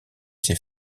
ses